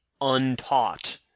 untaught